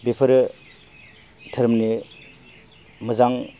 बेफोरो धोरोमनि मोजां